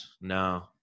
No